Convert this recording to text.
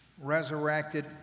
resurrected